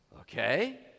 Okay